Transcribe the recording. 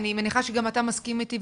אני מניחה שגם אתה תסכים איתי,